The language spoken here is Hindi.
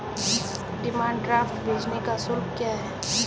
डिमांड ड्राफ्ट भेजने का शुल्क क्या है?